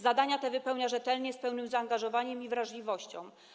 Zadania te wypełnia rzetelnie, z pełnym zaangażowaniem i wrażliwością.